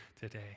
today